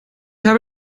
habe